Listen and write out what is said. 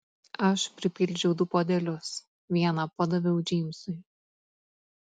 aš pripildžiau du puodelius vieną padaviau džeimsui